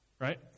Right